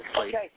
Okay